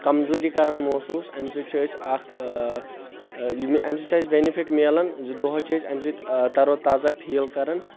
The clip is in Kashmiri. کمزوری کران محسوٗس امہِ سۭتۍ چھ أسۍ اکھ یہِ امہِ سۭتۍ چھُ اسہِ بیٚنِفٹ ملان زِ دۄہس چھِ أسۍ امہِ سۭتۍ ترو تازہ فیٖل کران